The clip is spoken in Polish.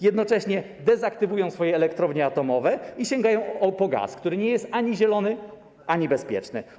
Jednocześnie dezaktywują swoje elektrownie atomowe i sięgają po gaz, który nie jest ani zielony, ani bezpieczny.